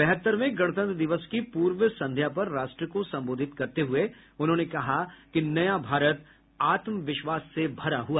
बहत्तरवें गणतंत्र दिवस की पूर्व संध्या पर राष्ट्र को सम्बोधित करते हुए उन्होंने कहा कि नया भारत आत्मविश्वास से भरा हुआ